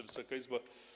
Wysoka Izbo!